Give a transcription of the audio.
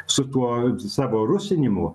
su tuo savo rusinimu